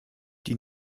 die